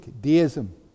deism